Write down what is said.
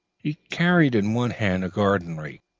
he carried in one hand a garden rake.